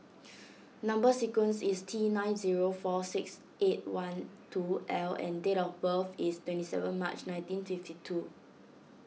Number Sequence is T nine zero four six eight one two L and date of birth is twenty seven March nineteen fifty two